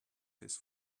his